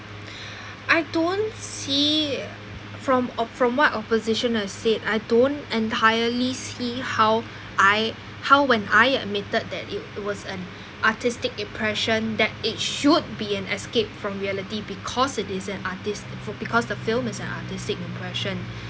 I don't see from of from what opposition has said I don't entirely see how I how when I admitted that it was an artistic impression that it should be an escape from reality because it is an artist f~ because the film is an artistic impression